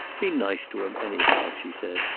be nice to him, anyhow, she said.